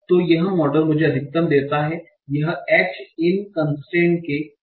तो यह मॉडल मुझे अधिकतम देता है यह H इन कन्स्ट्रेन्ट के अधीन है